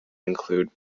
include